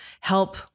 help